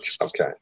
Okay